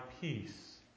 peace